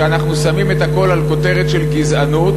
כשאנחנו שמים את הכול על כותרת של גזענות,